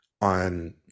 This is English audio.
on